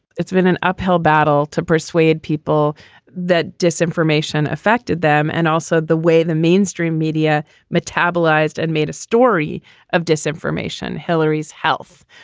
it's been an uphill battle to persuade people that disinformation affected them. and also the way the mainstream media metabolised and made a story of disinformation, hillary's health,